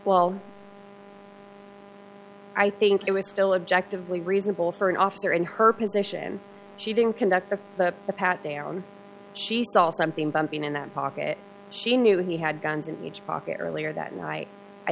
well i think it was still objective lee reasonable for an officer in her position she didn't conduct a pat down she saw something bumping in that pocket she knew he had guns in each pocket earlier that night i